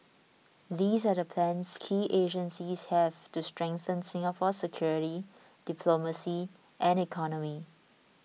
these are the plans key agencies have to strengthen Singapore's security diplomacy and economy